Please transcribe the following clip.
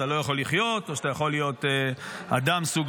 אתה לא יכול לחיות או שאתה יכול להיות אדם סוג